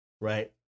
right